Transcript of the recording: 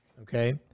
okay